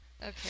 okay